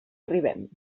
arribem